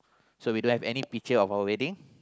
so we don't have any picture of our wedding